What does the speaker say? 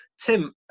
Tim